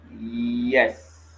Yes